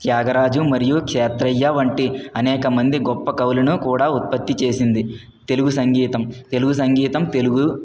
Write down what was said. త్యాగరాజు మరియు క్షేత్రయ్య వంటి అనేక మంది గొప్ప కవులను కూడా ఉత్పత్తి చేసింది తెలుగు సంగీతం తెలుగు సంగీతం తెలుగు